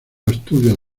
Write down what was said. estudios